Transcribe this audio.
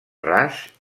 ras